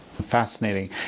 Fascinating